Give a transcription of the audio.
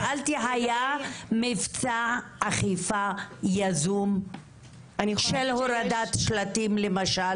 שאלתי אם היה מבצע אכיפה יזום של הורדת שלטים למשל?